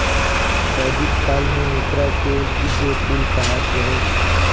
वैदिक काल में एकरा के दिव्य फूल कहात रहे